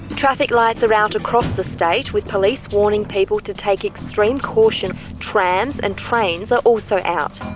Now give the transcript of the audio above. traffic lights are out across the state with police warning people to take extreme caution. trams and trains are also out.